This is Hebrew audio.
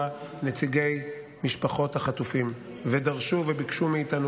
נציגי משפחות החטופים ודרשו וביקשו מאיתנו,